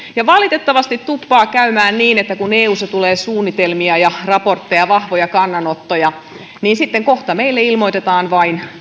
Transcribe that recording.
valitettavasti tuppaa käymään niin että kun eussa tulee suunnitelmia ja raportteja vahvoja kannanottoja niin sitten kohta meille ilmoitetaan vain